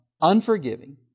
unforgiving